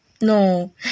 No